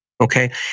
okay